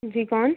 जी कौन